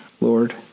Lord